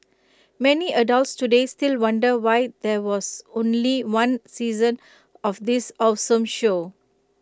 many adults today still wonder why there was only one season of this awesome show